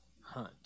Hunt